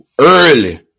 early